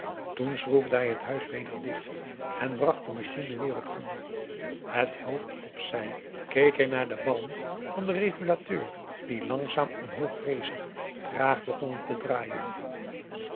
toen schroefde hij het huis weder dicht en bracht de machine weer op gang het hoofd op zij keek hij naar de ballen van den regulateur die langzaam omhooggerezen traag begonnen te draaien